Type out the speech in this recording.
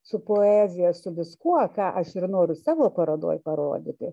su poezija su viskuo ką aš ir noriu savo parodoj parodyti